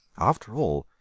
after all,